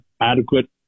adequate